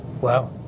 Wow